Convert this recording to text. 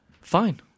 Fine